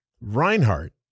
Reinhardt